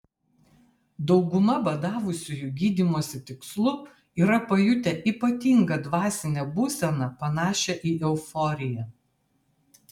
dauguma badavusiųjų gydymosi tikslu yra pajutę ypatingą dvasinę būseną panašią į euforiją